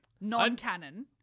Non-canon